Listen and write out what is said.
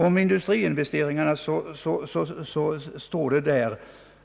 Om industriinvesteringarna heter det där bl.a.: